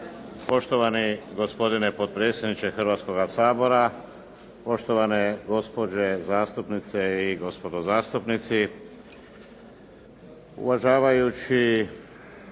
Poštovani gospodine potpredsjedniče Hrvatskoga sabora, poštovane gospođe zastupnice i gospodo zastupnici. Uvažavajući